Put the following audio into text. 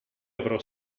avrò